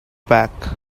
back